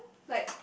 like